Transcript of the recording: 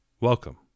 Welcome